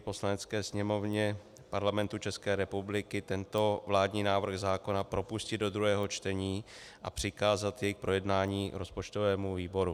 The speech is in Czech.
Poslanecké sněmovně Parlamentu České republiky tento vládní návrh zákona propustit do druhého čtení a přikázat jej k projednání rozpočtovému výboru.